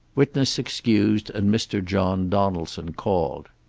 witness excused and mr. john donaldson called.